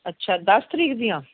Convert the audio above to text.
ਅੱਛਾ ਦਸ ਤਾਰੀਖ ਦੀਆਂ